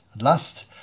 lust